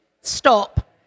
stop